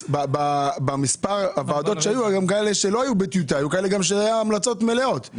במספר הוועדות שהיו היו גם כאלה שהיו להן המלצות מלאות,